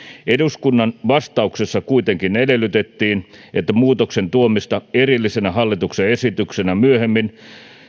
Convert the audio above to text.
eduskunnan vastauksessa kuitenkin edellytettiin muutoksen tuomista erillisenä hallituksen esityksenä myöhemmin